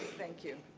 thank you.